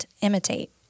imitate